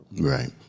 Right